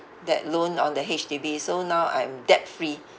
that loan on the H_D_B so now I'm debt free